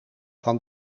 van